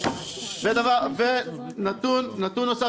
נתון נוסף